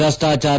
ಭ್ರಷ್ಯಾಚಾರ